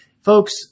folks